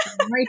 Right